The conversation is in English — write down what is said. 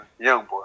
Youngboy